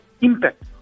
impact